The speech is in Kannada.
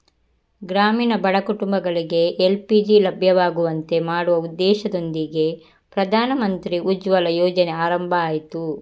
ಗ್ರಾಮೀಣ ಬಡ ಕುಟುಂಬಗಳಿಗೆ ಎಲ್.ಪಿ.ಜಿ ಲಭ್ಯವಾಗುವಂತೆ ಮಾಡುವ ಉದ್ದೇಶದೊಂದಿಗೆ ಪ್ರಧಾನಮಂತ್ರಿ ಉಜ್ವಲ ಯೋಜನೆ ಆರಂಭ ಆಯ್ತು